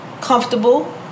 comfortable